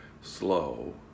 slow